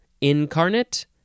incarnate